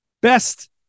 best